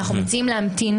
אנחנו מציעים להמתין.